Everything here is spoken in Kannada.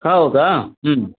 ಹೌದಾ ಹ್ಞೂ